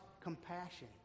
compassion